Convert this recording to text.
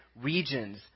regions